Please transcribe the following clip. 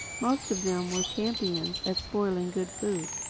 most of them were champions at spoiling good food.